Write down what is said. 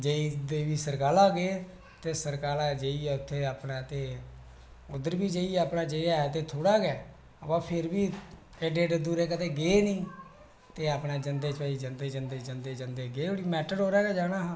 जय देवी सरकाला गे ते सरकाला जाइयै अपने में ते उद्धर बी जाइयै जे ऐ गै ऐ जो बी एह् थोहड़ा ही ऐ इन्ना दूर कदें अस ते अपने फिर उत्थै जंदे जंदे गे उठी मेटाडोरा च